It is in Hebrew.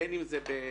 בין אם זה בשלב